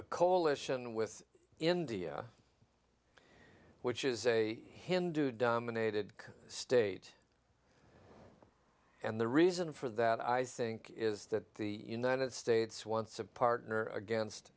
a coalition with india which is a hindu dominated state and the reason for that i think is that the united states wants a partner against